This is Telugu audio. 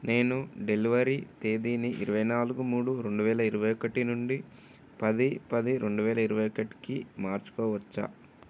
నేను డెలివరీ తేదీని ఇరవై నాలుగు మూడు రెండువేల ఇరవై ఒకటి నుండి పది పది రెండువేల ఇరవై ఒకటికి మార్చుకోవచ్చా